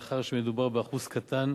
מאחר שמדובר באחוז קטן,